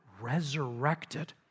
resurrected